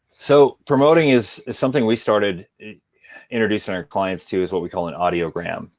so promoting is is something we started introducing our clients to is what we call an audiogram.